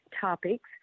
topics